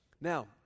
Now